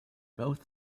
both